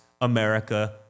America